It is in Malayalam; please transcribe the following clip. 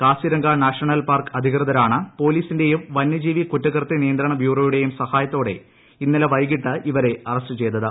കാസിരംഗ നാഷണൽ പാർക്ക് അധികൃതരാണ് പോലീസിന്റെയും വന്യജീവി കുറ്റകൃത്യ നിയന്ത്രണ ബ്യൂറോയുടെയും സഹായത്തോടെ ഇന്നലെ വൈകിട്ട് ഇവരെ അറസ്റ്റ് ചെയ്തത്